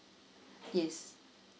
yes